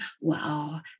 Wow